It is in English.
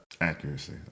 Accuracy